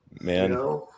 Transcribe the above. man